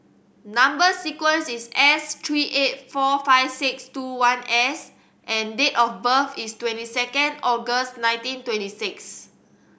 number sequence is S three eight four five six two one S and date of birth is twenty second August nineteen twenty six